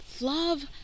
love